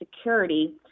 security